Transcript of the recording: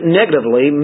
negatively